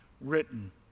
written